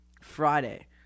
Friday